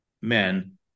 men